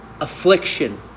affliction